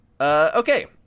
Okay